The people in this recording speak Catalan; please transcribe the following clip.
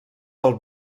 pel